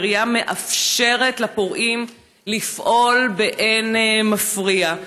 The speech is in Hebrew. העירייה מאפשרת לפורעים לפעול באין מפריע.